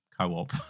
co-op